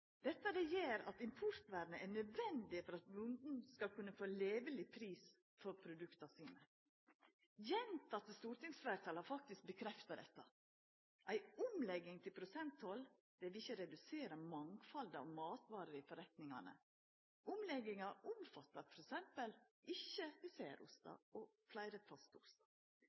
Dette gjer at importvernet er nødvendig for at bonden skal kunna få leveleg pris for produkta sine. Gjentekne stortingsfleirtal har faktisk bekrefta dette. Ei omlegging til prosenttoll vil ikkje redusera mangfaldet av matvarer i forretningane. Omlegginga omfattar f.eks. ikkje dessertostar og fleire